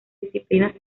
disciplinas